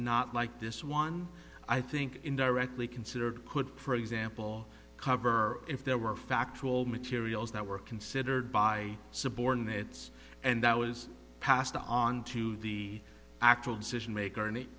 not like this one i think in directly considered could for example cover if there were factual materials that were considered by subordinates and that was passed on to the actual decision maker and it